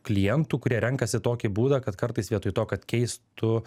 klientų kurie renkasi tokį būdą kad kartais vietoj to kad keistų